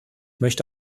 möchte